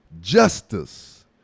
justice